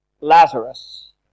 Lazarus